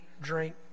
drink